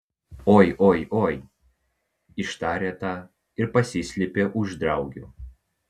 oi oi oi ištarė ta ir pasislėpė už draugių